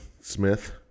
Smith